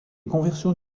conversions